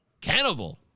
cannibal